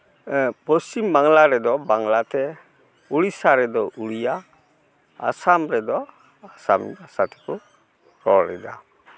ᱯᱚᱥᱪᱤᱢ ᱵᱟᱝᱞᱟ ᱨᱮᱫᱚ ᱵᱟᱝᱞᱟ ᱛᱮ ᱩᱲᱤᱥᱥᱟ ᱨᱮᱫᱚ ᱩᱲᱤᱭᱟ ᱟᱥᱟᱢ ᱨᱮᱫᱚ ᱟᱥᱟᱢᱤ ᱵᱷᱟᱥᱟ ᱛᱮᱠᱚ ᱨᱚᱲᱮᱫᱟ